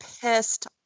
pissed